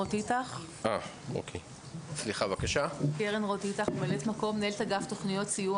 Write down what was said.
אני ממלאת מקום מנהלת אגף תוכניות סיוע